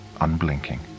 unblinking